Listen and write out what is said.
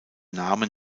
namen